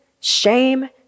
shame